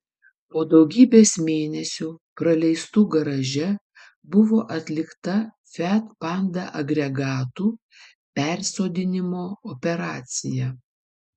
po daugybės mėnesių praleistų garaže buvo atlikta fiat panda agregatų persodinimo operacija